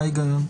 מה ההיגיון?